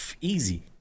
easy